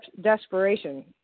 desperation